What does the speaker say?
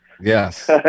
Yes